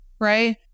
Right